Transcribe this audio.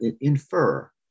infer